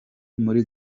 muri